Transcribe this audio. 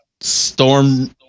storm